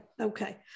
okay